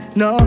no